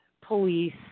police